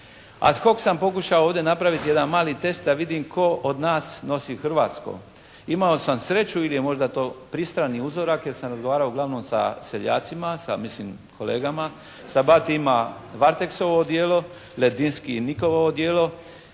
Ad hoc sam pokušao ovdje napraviti jedan mali test da vidim tko od nas nosi hrvatsko? Imao sam sreću ili je možda to pristrani uzorak jer sam razgovarao uglavnom sa seljacima, sa mislim kolegama. Sabati ima "Varteksovo" odijelo, Ledinski "Nikovo" odijelo,